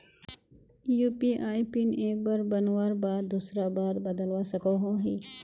UPI PIN एक बार बनवार बाद दूसरा बार बदलवा सकोहो ही?